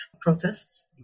protests